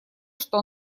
что